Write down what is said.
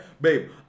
babe